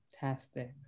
fantastic